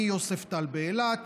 מיוספטל באילת,